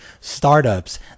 startups